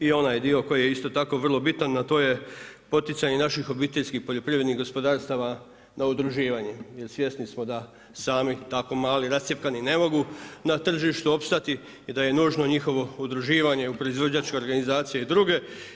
I onaj dio koji je isto tako vrlo bitan, a to je poticanje naših obiteljskih poljoprivrednih gospodarstava na udruživanje jer svjesni smo da sami tako mali rascjepkani ne mogu na tržištu opstati i da je nužno njihovo udruživanje u proizvođačke organizacije i druge.